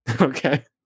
Okay